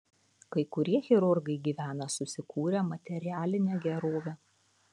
kai kurie chirurgai gyvena susikūrę materialinę gerovę